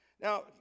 Now